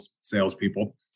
salespeople